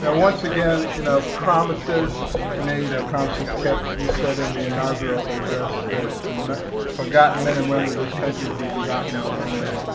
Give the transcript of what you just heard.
once again, you know, promises made are promises kept. you said in the inaugural address that the forgotten men and women of this country would be forgotten no longer.